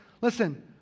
listen